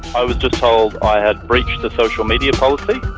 i was just told i had breached the social media policy.